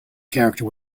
character